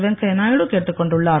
வெங்கையா நாயுடு கேட்டுக்கொண்டுள்ளார்